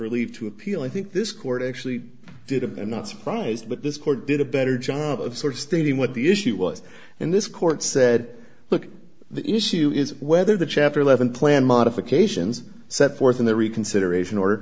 leave to appeal i think this court actually did a i'm not surprised but this court did a better job of sort of stating what the issue was and this court said look the issue is whether the chapter eleven plan modifications set forth in the reconsideration order